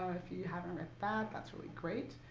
if you haven't read that, that's really great.